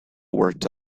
worked